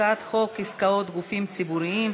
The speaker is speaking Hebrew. הצעת חוק עסקאות גופים ציבוריים (תיקון,